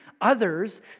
others